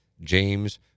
james